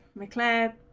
mclaren